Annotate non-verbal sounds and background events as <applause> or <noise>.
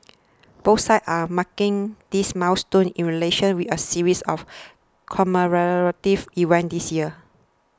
both sides are marking this milestone in relations with a series of <noise> commemorative events this year